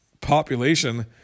population